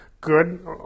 Good